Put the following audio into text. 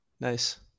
Nice